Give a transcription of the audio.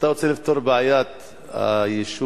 אתה רוצה לפתור את בעיית ההתיישבות